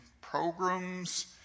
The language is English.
programs